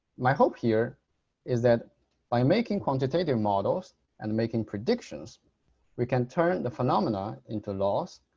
my hope here is that by making quantitative models and making predictions we can turn the phenomena into laws.